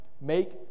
make